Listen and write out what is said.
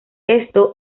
esto